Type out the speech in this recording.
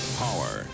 power